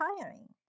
tiring